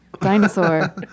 dinosaur